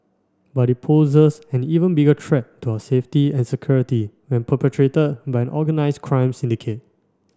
but it poses an even bigger threat to our safety and security when perpetrated by an organised crime syndicate